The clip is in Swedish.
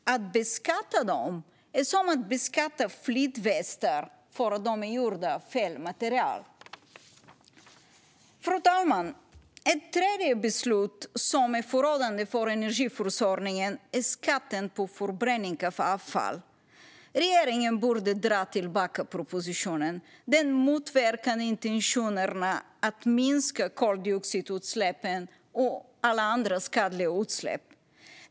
Att beskatta dem är som att beskatta flytvästar för att de är gjorda av fel material. Fru talman! Ett tredje beslut som är förödande för energiförsörjningen är skatten på förbränning av avfall. Regeringen borde dra tillbaka propositionen. Den motverkar intentionerna att minska koldioxidutsläppen och alla andra skadliga utsläpp.